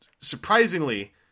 surprisingly